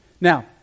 Now